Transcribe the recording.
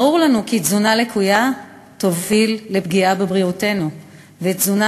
ברור לנו כי תזונה לקויה תוביל לפגיעה בבריאותנו ותזונה